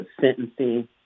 sentencing